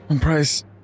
Price